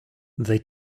they